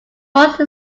whose